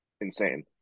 insane